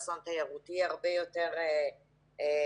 אסון תיירותי הרבה יותר גדול.